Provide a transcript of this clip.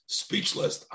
speechless